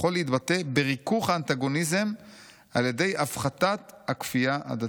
יכול להתבטא בריכוך האנטגוניזם על ידי הפחתת הכפייה הדתית.